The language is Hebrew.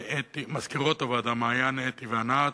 אתי וענת,